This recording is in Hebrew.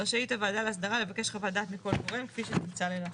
רשאית הוועדה להסדרה לבקש חוות דעת מכל גורם כפי שתמצא לנכון.